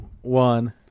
one